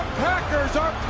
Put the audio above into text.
packers!